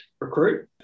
recruit